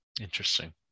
Interesting